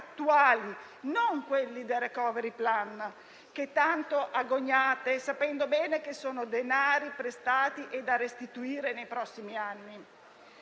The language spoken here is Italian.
attuali e non quelli del *recovery plan*, che tanto agognate, sapendo bene che sono denari prestati e da restituire nei prossimi anni.